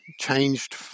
changed